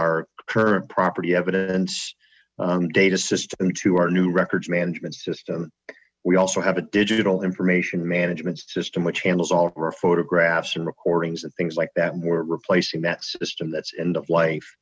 our current property evidence data system to our new records management system we also have a digital information management system which handles our photographs and recordings and things like that and we're replacing that system that's end of life